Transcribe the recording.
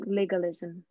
legalism